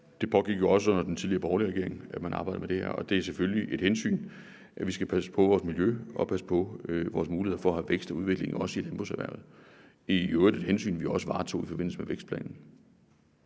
Det pågik jo også under den tidligere borgerlige regering; der arbejdede man med det her. Og det er selvfølgelig et hensyn, vi skal tage, at vi skal passe på vores miljø og passe på vores muligheder for at have vækst og udvikling, også i landbrugserhvervet. Det er i øvrigt et hensyn, vi også varetog i forbindelse med vækstplanen.